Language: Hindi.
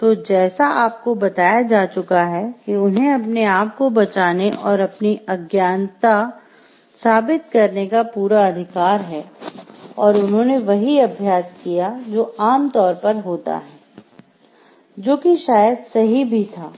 तो जैसा आपको बताया जा चुका है कि उन्हें अपने आप को बचाने और अपनी अज्ञानता साबित करने का पूरा अधिकार है और उन्होंने वही अभ्यास किया जो आम तौर पर होता है जो कि शायद सही नहीं भी था